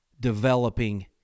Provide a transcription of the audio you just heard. developing